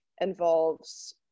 involves